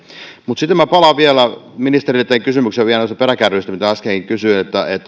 mutta sitten minä vielä ministerille teen kysymyksen noista peräkärryistä joista äskenkin kysyin